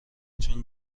چون